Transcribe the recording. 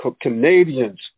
Canadians